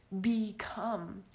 become